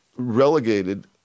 relegated